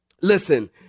Listen